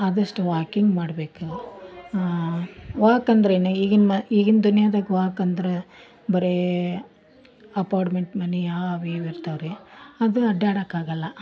ಆದಷ್ಟು ವಾಕಿಂಗ್ ಮಾಡ್ಬೇಕು ವಾಕ್ ಅಂದರೆ ಈಗಿನ ಮ ಈಗಿನ ದುನಿಯದಾಗ ವಾಕ್ ಅಂದರೆ ಬರೇ ಅಪಾರ್ಟ್ಮೆಂಟ್ ಮನೆ ಅವ ಇವ ಇರ್ತಾವ ರೀ ಅದು ಅಡ್ಡಾಡಕ್ಕಾಗಲ್ಲ